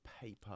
paper